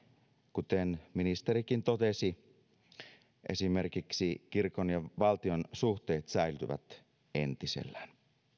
kuten ministerikin totesi esimerkiksi kirkon ja valtion suhteet säilyvät entisellään